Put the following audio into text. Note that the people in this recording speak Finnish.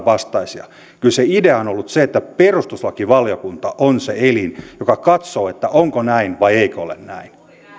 vastaisia kyllä se idea on ollut se että perustuslakivaliokunta on se elin joka katsoo onko näin vai eikö ole näin